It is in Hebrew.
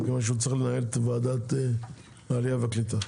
מכיוון שהוא צריך לנהל את ועדת העלייה והקליטה.